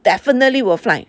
definitely will fly